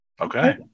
Okay